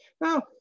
Now